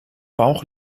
bauch